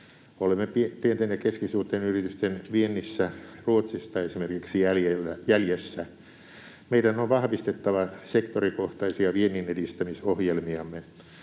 Olemme pienten ja keskisuurten yritysten viennissä Ruotsista esimerkiksi jäljessä. Meidän on vahvistettava sektorikohtaisia vienninedistämisohjelmiamme.